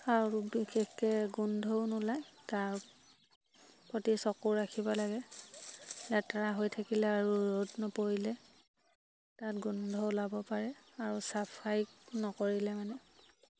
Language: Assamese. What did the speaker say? আৰু বিশেষকৈ গোন্ধও নোলায় তাৰ প্ৰতি চকু ৰাখিব লাগে লেতেৰা হৈ থাকিলে আৰু ৰ'দ নপৰিলে তাত গোন্ধ ওলাব পাৰে আৰু চাফাই নকৰিলে মানে